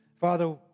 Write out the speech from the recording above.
Father